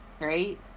Right